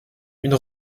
une